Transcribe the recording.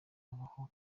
abaho